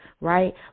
right